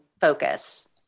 focus